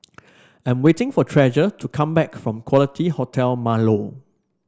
I'm waiting for Treasure to come back from Quality Hotel Marlow